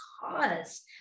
cause